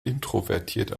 introvertiert